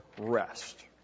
rest